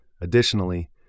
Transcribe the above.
Additionally